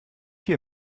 hier